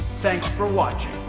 thanks for watching.